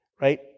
right